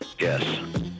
Yes